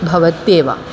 भवत्येव